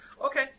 Okay